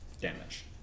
damage